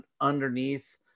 underneath